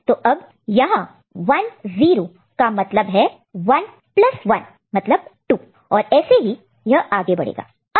तो अब यहां 1 0 का मतलब है 1 प्लस 1 मतलब 2 और ऐसे ही यह आगे बढ़ेगा